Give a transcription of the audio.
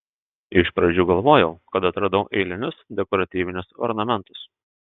iš pradžių galvojau kad atradau eilinius dekoratyvinius ornamentus